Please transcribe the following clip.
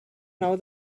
nou